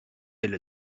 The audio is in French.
elle